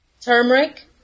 turmeric